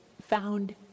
found